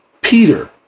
Peter